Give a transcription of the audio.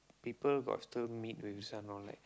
people got still meet with this one all right